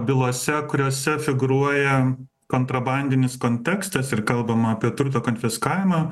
bylose kuriose figūruoja kontrabandinis kontekstas ir kalbama apie turto konfiskavimą